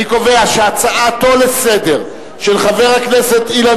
אני קובע שהצעתו לסדר של חבר הכנסת אילן